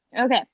Okay